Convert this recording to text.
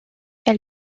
elle